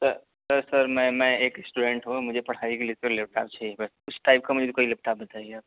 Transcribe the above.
سر sir sir میں میں ایک اسٹوڈینٹ ہوں مجھے پڑھائی کے لیے لیپ ٹاپ چاہیے سر اس ٹائپ کا مجھے کوئی لیپ ٹاپ بتائیے آپ